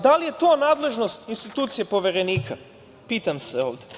Da li je to nadležnost institucije Poverenika, pitam se ovde.